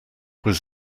was